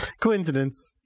Coincidence